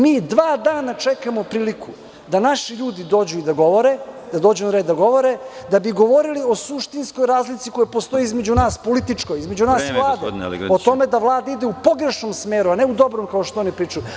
Mi dva dana čekamo priliku da naši ljudi dođu i da govore da bi govorili o suštinskoj razlici koja postoji između nas i Vlade, po tome da Vlada ide u pogrešnom smeru, a ne u dobrom, kao što oni pričaju.